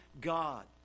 God